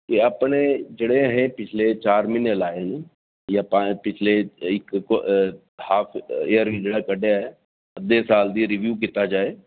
के अपने जेह्ड़े अहें पिछले चार म्हीने लाए न जां पंज पिछले इक हाल्फ इयरली जेह्ड़ा कड्ढेआ ऐ अद्धे साल दी रिव्यू कीता जाए